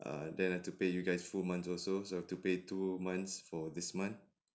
err then I have to pay you guys full months also so I've to pay two months for this month